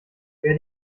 wer